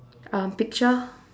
um picture